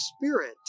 Spirit